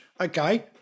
Okay